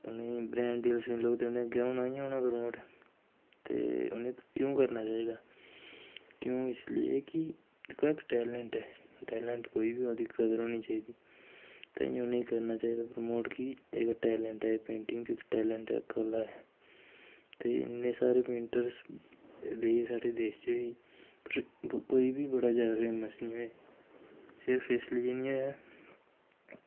उ'नेंगी ब्रैंड देओ तुस ते उ'नें अग्गें होना गै होना प्रमोट ते उ'नें क्यों करना चाहिदा क्योंकि इसलिए कि दिक्खो हां इक टैलेंट ऐ टैलेंट कोई बी होऐ ओह्दी कदर होनी चाहिदी ताइयें उ'नेंगी करना चाहिदा प्रमोट कि इक टैलेंट ऐ एह् पेंटिंग बी इक टैलेंट ऐ कला ऐ ते इन्ने सारे पेंटर्स न बी साढ़े देश च पर कोई बी बड़ा जादा फेमस नेईं होए सिर्फ इस लेई निं होएआ